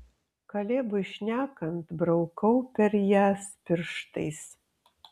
kalebui šnekant braukau per jas pirštais